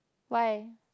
why